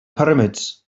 pyramids